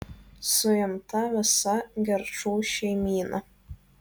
suimta visa gerčų šeimyna